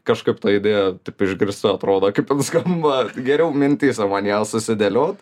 kažkaip ta idėja taip išgirsta atrodo kaip skamba geriau mintyse man ją susidėliot